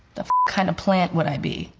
the kind of plant would i be?